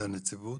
לנציבות?